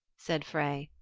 said frey,